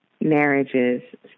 marriages